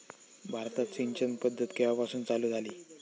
भारतात सिंचन पद्धत केवापासून चालू झाली?